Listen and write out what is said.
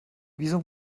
wieso